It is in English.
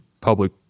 public